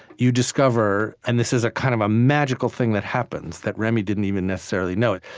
you discover and this is a kind of magical thing that happens, that remy didn't even necessarily know it.